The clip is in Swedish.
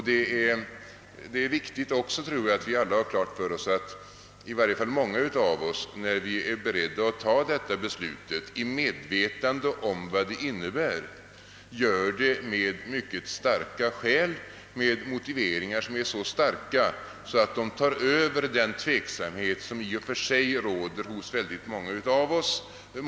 Det är viktigt att i varje fall många av oss, som är beredda att ta detta beslut, är medvetna om vad det innebär och finner motiveringarna för ett tillstyrkande vara så starka, att de uppväger den tveksamhet som i och för sig råder hos många av oss.